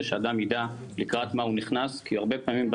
ושאדם יידע למה הוא נכנס כי הרבה פעמים,